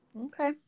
Okay